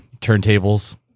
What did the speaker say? Turntables